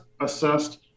assessed